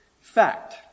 fact